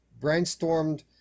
brainstormed